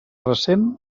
ressent